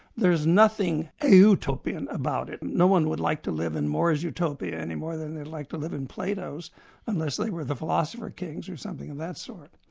there is nothing utopian about it, no one would like to live in more's utopia any more than they'd like to live in plato's unless they were the philosopher kings or something of that sort.